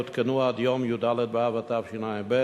יותקנו עד יום י"ד באב התשע"ב,